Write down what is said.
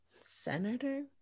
senator